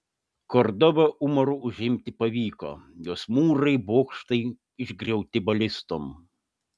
kordobą umaru užimti pavyko jos mūrai bokštai išgriauti balistom